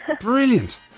Brilliant